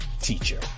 teacher